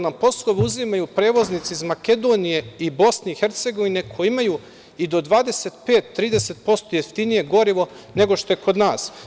Nama poslove uzimaju prevoznici iz Makedonije i BiH, koji imaju i do 25%-30% jeftinije gorivo nego što je kod nas.